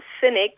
cynic